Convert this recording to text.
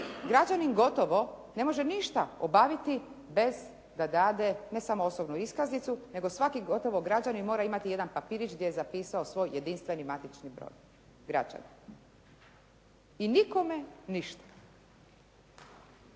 Građanin gotovo ne može ništa obaviti bez da date ne samo osobnu iskaznicu, nego svaki gotovo građanin mora imati jedan papirić gdje je zapisao svoj jedinstveni matični broj građana. I nikome ništa.